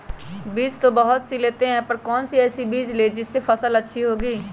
बीज तो बहुत सी लेते हैं पर ऐसी कौन सी बिज जिससे फसल अच्छी होगी?